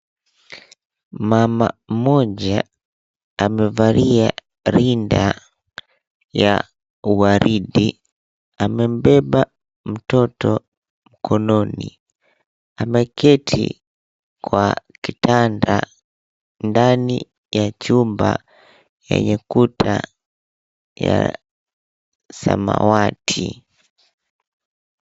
Mama mmoja, amevalia rinda ya waridi. Amembeba mtoto, mkononi. Ameketi kwa kitanda, ndani ya chumba yenye kuta ya samawati.